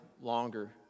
longer